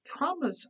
traumas